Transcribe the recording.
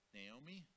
Naomi